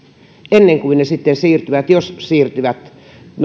ennen kuin ne sitten siirtyvät jos siirtyvät